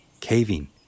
caving